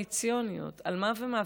על מה ומה?